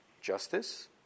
Justice